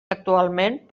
actualment